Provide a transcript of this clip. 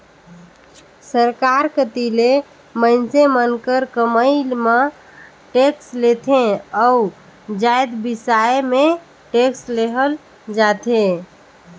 सरकार कती ले मइनसे मन कर कमई म टेक्स लेथे अउ जाएत बिसाए में टेक्स लेहल जाथे